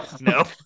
No